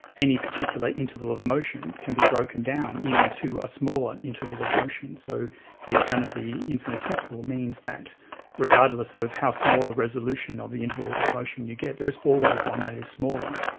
any particular interval of motion can be broken down into a smaller interval of motion. so the account of the infinitesimal means that regardless of how small a resolution of the interval of motion you get, there is always one that is smaller.